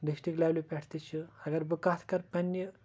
district لیولہِ پٮ۪ٹھ تہِ چھِ اگر بہٕ کَتھ کَرٕ پَنٛنہِ